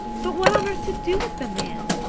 but what on earth to do with the man?